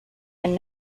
and